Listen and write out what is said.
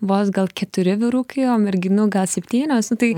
vos gal keturi vyrukai o merginų gal septynios nu tai